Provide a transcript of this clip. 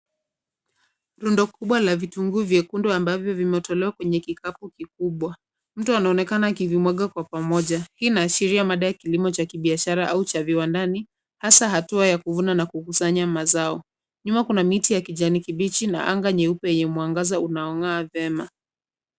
Muundo kubwa la vitunguu ambavyo vime tolewa kwenye kikapu kikubwa, mtu anaonekana akiznwanga kwa pamoja, hii ina ashiria kilimo cha biashara au viwandani hasa ya kuna vuna kukusanya mazao. Nyuma kuna miti ya kijani kibichi na anga meupe unao ng'aa vyema.